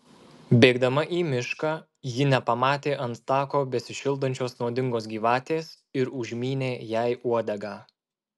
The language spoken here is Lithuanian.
bėgdama į mišką ji nepamatė ant tako besišildančios nuodingos gyvatės ir užmynė jai uodegą